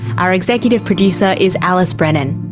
our executive producer is alice brennan.